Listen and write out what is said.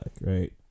right